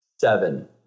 seven